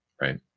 right